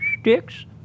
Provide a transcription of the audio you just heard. sticks